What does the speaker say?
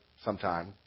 sometime